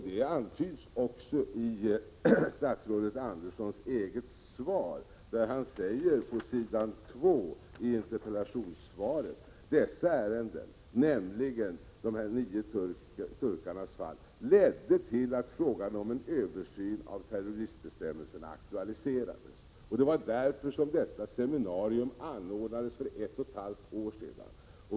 Detta antyds också i statsrådet Anderssons svar, där han säger: ”Dessa ärenden” — nämligen de här nio turkarnas fall — ”ledde till att frågan om en översyn av terroristbestämmelserna aktualiserades.” Det var därför som i det svaret nämnda seminariet anordnades för ett och ett halvt år sedan.